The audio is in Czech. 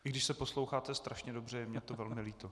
I když se posloucháte strašně dobře, je mně to velmi líto.